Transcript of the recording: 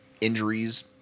Injuries